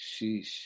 Sheesh